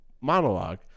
monologue